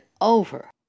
over